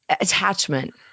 attachment